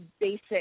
basic